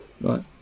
Right